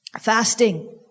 fasting